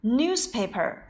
,newspaper